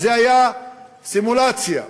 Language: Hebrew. וזו הייתה סימולציה,